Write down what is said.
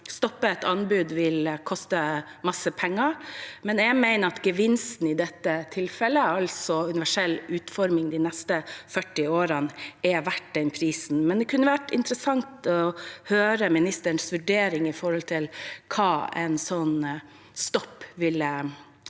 stoppe et anbud vil selvfølgelig koste masse penger, men jeg mener at gevinsten i dette tilfellet, altså universell utforming de neste 40 årene, er verdt den prisen. Det kunne vært interessant å høre ministerens vurdering av hva en slik stopp ville kostet.